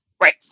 Right